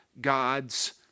God's